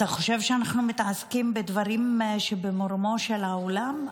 אתה חושב שאנחנו מתעסקים בדברים שברומו של העולם?